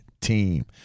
team